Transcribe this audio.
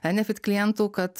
enefit klientų kad